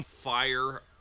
fire